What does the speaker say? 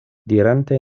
dirante